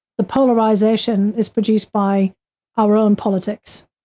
the polarization is produced by our own politics.